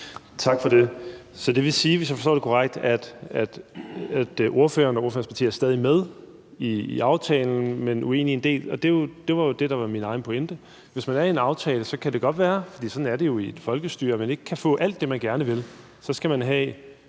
Tak for det. Så det vil sige, hvis jeg forstår det korrekt, at ordføreren og ordførerens parti stadig er med i aftalen, men uenig i en del af den, og det var jo det, der var min egen pointe. Hvis man er med i en aftale, kan det godt være – for sådan er det jo i et folkestyre – at man ikke kan få alt det, man gerne vil. Så skal man have